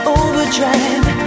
overdrive